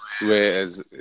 Whereas